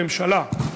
לחוק-יסוד: הממשלה,